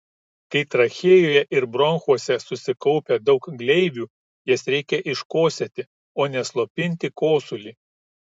kai trachėjoje ir bronchuose susikaupia daug gleivių jas reikia iškosėti o ne slopinti kosulį